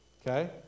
Okay